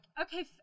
okay